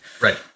Right